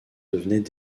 devenaient